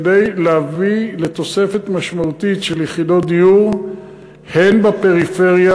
כדי להביא לתוספת משמעותית של יחידות דיור הן בפריפריה,